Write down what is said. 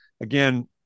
again